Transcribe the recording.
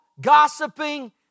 gossiping